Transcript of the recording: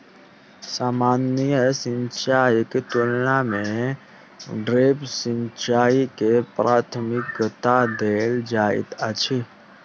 सामान्य सिंचाईक तुलना मे ड्रिप सिंचाई के प्राथमिकता देल जाइत अछि